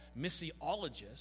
missiologists